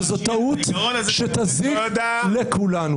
וזאת טעות שתזיק לכולנו.